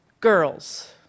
girls